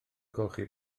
golchi